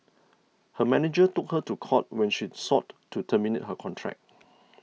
her manager took her to court when she sought to terminate her contract